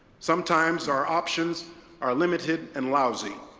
sometimes our options are limited and lousy.